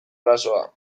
arazoa